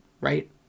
Right